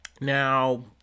Now